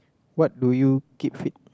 what do you keep fit